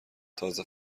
تازه